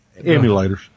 Emulators